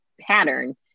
pattern